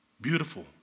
beautiful